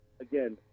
again